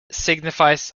signifies